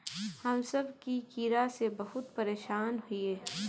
हम सब की कीड़ा से बहुत परेशान हिये?